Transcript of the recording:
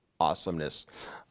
awesomeness